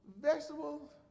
vegetables